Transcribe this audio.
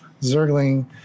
Zergling